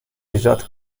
ایجاد